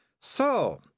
So